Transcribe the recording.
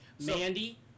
mandy